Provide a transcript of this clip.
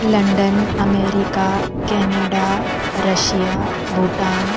London America Canada Russia Bhutan